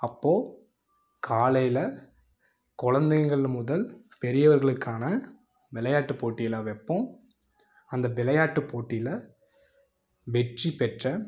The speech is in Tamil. அப்போது காலையில் குழந்தைங்கள் முதல் பெரியவர்களுக்கான விளையாட்டு போட்டியெலாம் வைப்போம் அந்த விளையாட்டு போட்டியில் வெற்றி பெற்ற